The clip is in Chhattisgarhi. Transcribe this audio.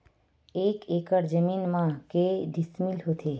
एक एकड़ जमीन मा के डिसमिल होथे?